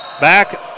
Back